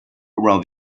around